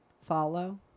follow